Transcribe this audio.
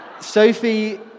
Sophie